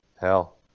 hell